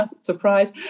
surprise